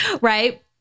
right